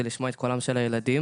זה לשמוע את קולם של הילדים.